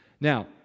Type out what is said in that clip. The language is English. Now